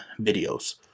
videos